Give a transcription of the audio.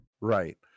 Right